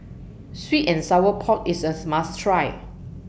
Sweet and Sour Pork IS US must Try